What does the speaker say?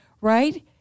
right